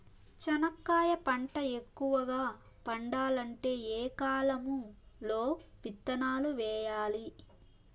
చెనక్కాయ పంట ఎక్కువగా పండాలంటే ఏ కాలము లో విత్తనాలు వేయాలి?